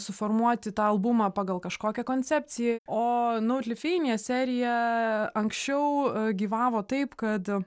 suformuoti tą albumą pagal kažkokią koncepciją o naut lithania serija anksčiau gyvavo taip kad